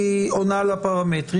היא עונה לפרמטרים,